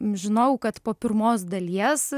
žinojau kad po pirmos dalies